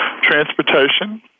Transportation